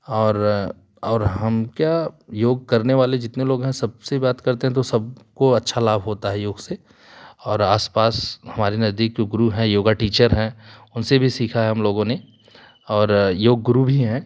और और हम क्या योग करने वाले जितने लोग हैं सबसे बात करते हैं तो सबको अच्छा लाभ होता है योग से और आस पास हमारे नज़दीक जो गुरु हैं योगा टीचर हैं उनसे भी सीखा है हम लोगों ने और योग गुरु भी हैं